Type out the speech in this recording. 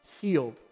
healed